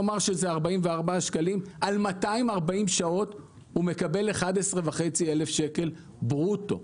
נאמר שהשכר הוא 44 שקלים לשעה נהג על 240 שעות מקבל 11,500 שקל ברוטו,